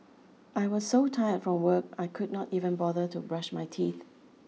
I was so tired from work I could not even bother to brush my teeth